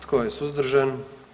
Tko je suzdržan?